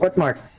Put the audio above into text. but market